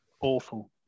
awful